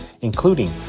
including